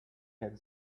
had